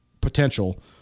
potential